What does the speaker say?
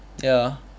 ya